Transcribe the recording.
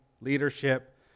leadership